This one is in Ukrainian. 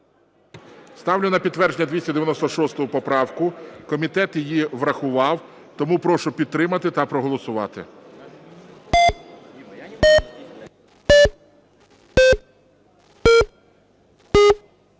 Ставлю на підтвердження 296 поправку. Комітет її врахував. Тому прошу підтримати та проголосувати.